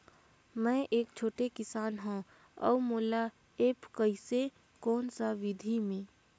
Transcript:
मै एक छोटे किसान हव अउ मोला एप्प कइसे कोन सा विधी मे?